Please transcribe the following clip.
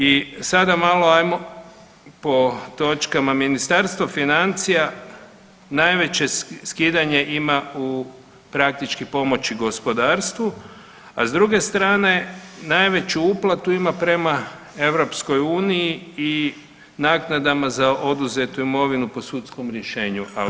I sada malo ajmo po točkama, Ministarstvo financija najveće skidanje ima u praktički pomoći gospodarstvu, a s druge strane najveću uplatu ima prema EU i naknadama za oduzetu imovinu po sudskom rješenju [[Upadica Sanader: Vrijeme.]] Zahvaljujem.